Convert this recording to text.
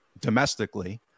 domestically